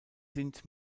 sind